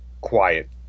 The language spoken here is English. quiet